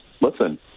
listen